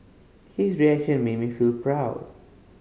his reaction made me feel proud